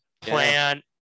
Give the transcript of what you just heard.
plan